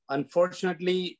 Unfortunately